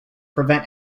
prevent